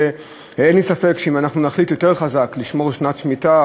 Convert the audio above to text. אין לי ספק שאם אנחנו נחליט לשמור יותר חזק את שנת השמיטה,